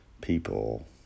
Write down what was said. People